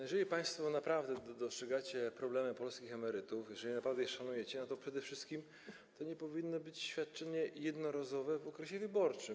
Jeżeli państwo naprawdę dostrzegacie problemy polskich emerytów, jeżeli naprawdę ich szanujecie, to przede wszystkim nie powinno być to świadczenie jednorazowe w okresie wyborczym.